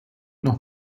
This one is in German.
noch